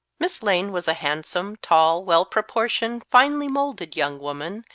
miss lane was a handsome, tall, well-proportioned, finely-moulded young woman,